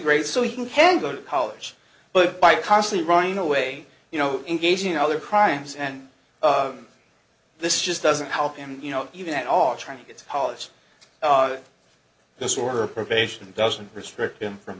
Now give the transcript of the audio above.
great so you can go to college but by constantly running away you know engaging in other crimes and this just doesn't help him you know even at all trying to get college this or her probation doesn't restrict him from